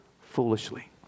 foolishly